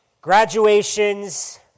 graduations